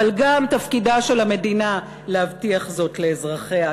אבל גם תפקידה של המדינה להבטיח זאת לאזרחיה.